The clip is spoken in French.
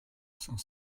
cinq